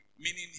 Meaning